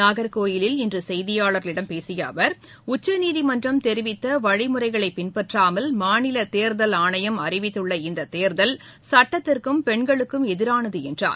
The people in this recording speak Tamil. நாகர்கோவிலில் இன்று செய்தியாளர்களிடம் பேசிய அவர் உச்சநீதிமன்றம் தெரிவித்த வழிமுறைகளை பின்பற்றாமல் மாநில தேர்தல் ஆணையம் அறிவித்துள்ள இந்த தேர்தல் சட்டத்திற்கும் பெண்களுக்கும் எதிரானது என்றார்